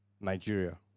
Nigeria